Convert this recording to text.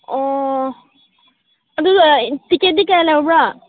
ꯑꯣ ꯑꯗꯨꯒ ꯇꯤꯀꯦꯠꯇꯤ ꯀꯌꯥ ꯂꯧꯕ꯭ꯔꯥ